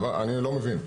אני לא מבין,